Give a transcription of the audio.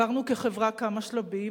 עברנו כחברה כמה שלבים.